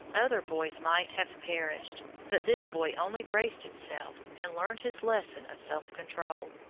other boys might have perished, but this boy only braced himself and learned his lesson of self-control.